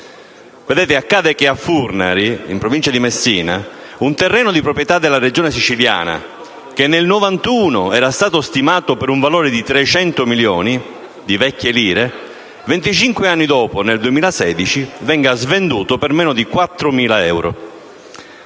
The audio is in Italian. Accade che a Furnari, in provincia di Messina, un terreno di proprietà della Regione Siciliana, che nel 1991 era stato stimato per un valore di 300 milioni di vecchie lire, venticinque anni dopo, nel 2016, venga svenduto per meno di 4.000 euro.